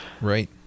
Right